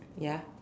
ya